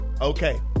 okay